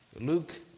Luke